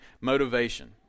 motivation